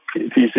TC